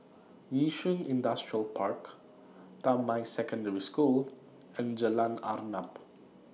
Yishun Industrial Park Damai Secondary School and Jalan Arnap